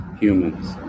humans